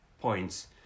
points